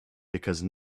because